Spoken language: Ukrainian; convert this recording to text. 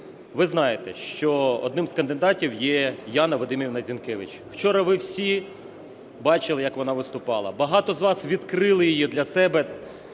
Ви знаєте, що одним з кандидатів є Яна Вадимівна Зінкевич. Вчора ви всі бачили, як вона виступала, багато з вас відкрили її для себе